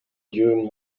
dune